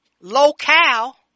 locale